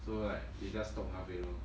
so like they just stop halfway lor